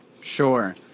Sure